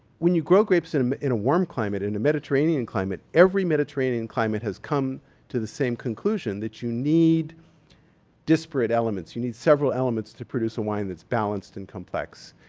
when you grow grapes in um in a warm climate, in a mediterranean climate, every mediterranean climate has come to the same conclusion that you need disparate elements. you need several elements to produce a wine that's balanced and complex.